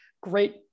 great